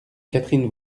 catherine